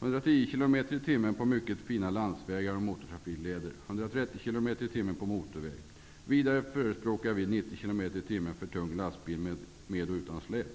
110 km i timmen bör gälla på mycket fina landsvägar och motortrafikleder och 130 km i timmen på motorväg. Vidare förespråkar vi 90 km i timmen för tung lastbil med och utan släp.